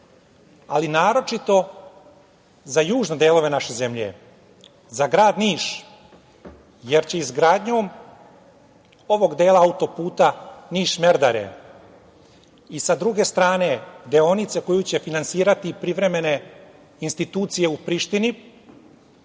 ali naročito za južne delove naše zemlje, za grad Niš, jer će izgradnjom ovog dela autoputa Niš-Merdare i sa druge strane deonica koju će finansirati privremene institucije u Prištini,